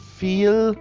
feel